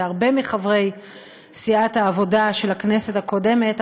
והרבה מחברי סיעת העבודה של הכנסת הקודמת,